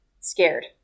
scared